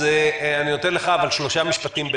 אז אני נותן, אבל רק שלושה משפטים.